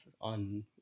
on